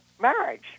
marriage